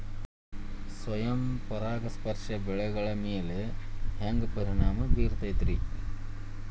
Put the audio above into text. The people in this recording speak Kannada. ಸ್ವಯಂ ಪರಾಗಸ್ಪರ್ಶ ಬೆಳೆಗಳ ಮ್ಯಾಲ ಹ್ಯಾಂಗ ಪರಿಣಾಮ ಬಿರ್ತೈತ್ರಿ?